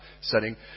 setting